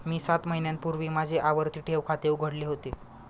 मी सात महिन्यांपूर्वी माझे आवर्ती ठेव खाते उघडले होते